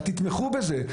תתמכו בזה,